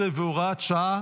18 והוראת שעה)